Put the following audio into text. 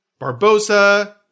Barbosa